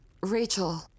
Rachel